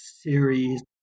series